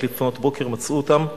ורק לפנות בוקר מצאו אותם: